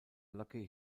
locke